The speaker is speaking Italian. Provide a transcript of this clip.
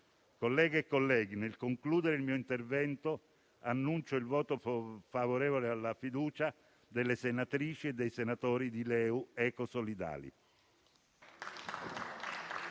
colleghe e colleghi, nel concludere il mio intervento annuncio il voto favorevole alla fiducia delle senatrici e dei senatori della componente